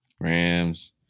Rams